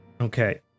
Okay